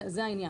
זה העניין.